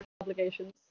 obligations